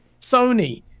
Sony